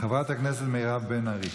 חברת הכנסת מירב בן ארי.